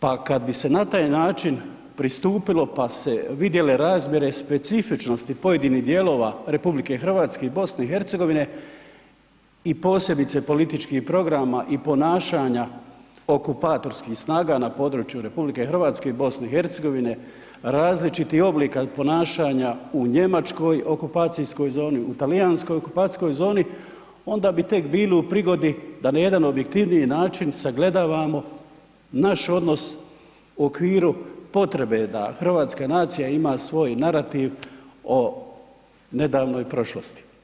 Pa kad bi se na taj način pristupilo pa se vidjele razmjere specifičnosti pojedinih dijelova RH i BiH i posebice političkih programa i ponašanja okupatorskih snaga na području RH i BiH, različitih oblika ponašanja u njemačkoj okupacijskoj zoni, u talijanskoj okupacijskoj zoni onda bi tek bili u prigodi da na jedan objektivniji način sagledavamo naš odnos u okviru potrebe da hrvatska nacija ima svoj narativ o nedavnoj prošlosti.